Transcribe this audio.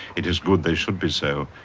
it is good they should be so.